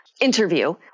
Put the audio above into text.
interview